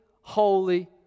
holy